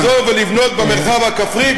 חייבים לחזור ולבנות במרחב הכפרי,